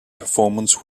performance